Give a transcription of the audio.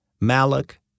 Malak